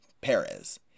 Perez